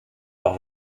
par